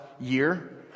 year